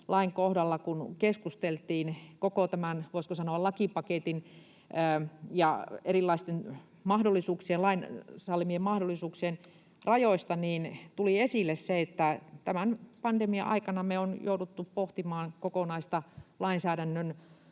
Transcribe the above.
voisiko sanoa, lakipaketin ja erilaisten lain sallimien mahdollisuuksien rajoista, niin tuli esille se, että tämän pandemian aikana me ollaan jouduttu pohtimaan kokonaista lainsäädännön,